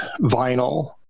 vinyl